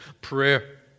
prayer